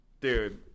dude